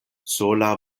sola